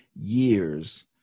years